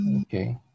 Okay